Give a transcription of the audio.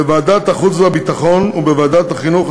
בוועדת החוץ והביטחון ובוועדת החינוך,